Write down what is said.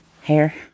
Hair